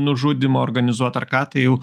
nužudymą organizuot ar ką tai jau